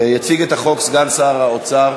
יציג את החוק סגן שר האוצר